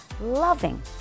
loving